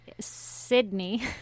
Sydney